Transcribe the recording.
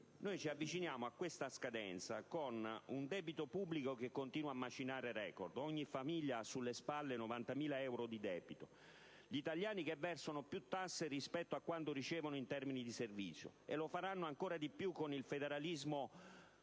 Ci avviciniamo a questa scadenza con un debito pubblico che continua a macinare record: ogni famiglia ha sulle spalle 90.000 euro di debito. Gli italiani versano più tasse rispetto a quanto ricevono in termini di servizi, e lo faranno ancora di più con il federalismo truccato